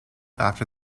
after